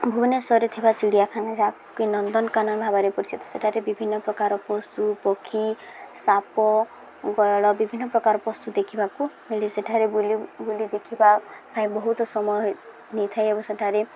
ଭୁବନେଶ୍ୱରରେ ଥିବା ଚିଡ଼ିଆଖାନା ଯାହାକି ନନ୍ଦନକାନନ ଭାବରେ ପରିଚିତ ସେଠାରେ ବିଭିନ୍ନ ପ୍ରକାର ପଶୁ ପକ୍ଷୀ ସାପ ଗୟଳ ବିଭିନ୍ନ ପ୍ରକାର ପଶୁ ଦେଖିବାକୁ ମିଳେ ସେଠାରେ ବୁଲି ବୁଲି ଦେଖିବା ପାଇଁ ବହୁତ ସମୟ ନେଇଥାଏ ଏବଂ ସେଠାରେ